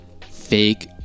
fake